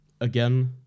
again